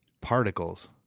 particles